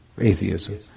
Atheism